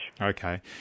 Okay